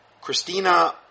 Christina